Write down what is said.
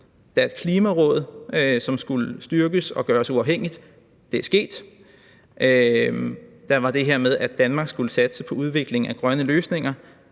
med. Klimarådet skal styrkes og gøres uafhængigt – det er sket. Så var der det her med, at Danmark skulle satse på udvikling af grønne løsninger